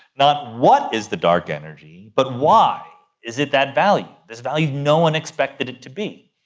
not what is the dark energy but why is it that value, this value no one expected it to be?